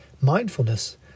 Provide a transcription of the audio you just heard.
mindfulness